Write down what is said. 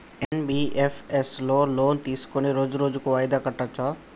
NBFS లో loan తీస్కొని రోజు రోజు వాయిదా కట్టచ్ఛా?